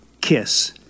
KISS